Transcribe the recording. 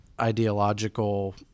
ideological